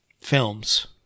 Films